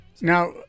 Now